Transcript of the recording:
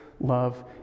love